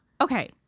Okay